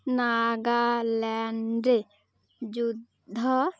ନାଗାଲାଣ୍ଡ ଯୁଦ୍ଧ